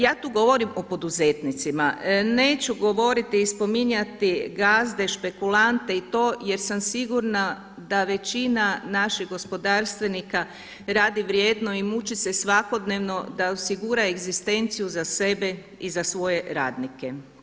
Ja tu govorim o poduzetnicima, neću govoriti i spominjati gazde i špekulante i to jer sam sigurna da većina naših gospodarstvenika radi vrijedno i muči se svakodnevno da osigura egzistenciju za sebe i za svoje radnike.